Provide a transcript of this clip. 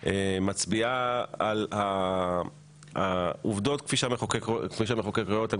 מצביעה על העובדות כפי שהמחוקק ראה אותן,